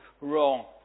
wrong